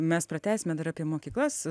mes pratęsime dar apie mokyklas